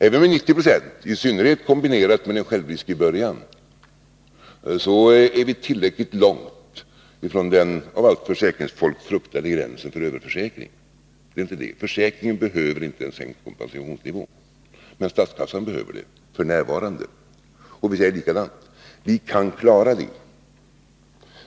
Även vid 9096 — i synnerhet kombinerat med en självrisk i början — är vi tillräckligt långt från den av allt försäkringsfolk fruktade gränsen för överförsäkring. Försäkringen behöver inte en sänkt kompensationsnivå, men statskassan behöver det f. n. Vi säger samma sak här: Vi kan klara det.